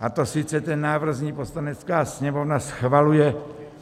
A sice ten návrh zní: Poslanecká sněmovna schvaluje